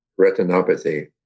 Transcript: retinopathy